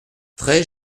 treize